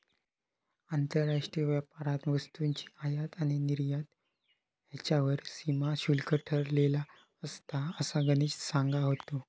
आंतरराष्ट्रीय व्यापारात वस्तूंची आयात आणि निर्यात ह्येच्यावर सीमा शुल्क ठरवलेला असता, असा गणेश सांगा होतो